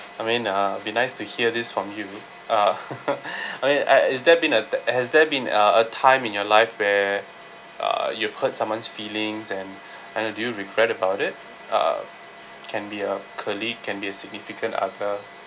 I mean uh it'll be nice to hear this from you uh I mean uh is there been a has there been uh a time in your life where uh you've hurt someone's feelings and and then do you regret about it uh it can be a colleague can be a significant other